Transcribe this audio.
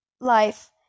life